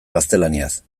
gaztelaniaz